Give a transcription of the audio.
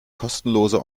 kostenlose